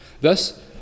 Thus